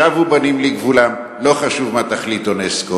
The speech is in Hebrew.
שבו בנים לגבולם, לא חשוב מה יחליט אונסק"ו.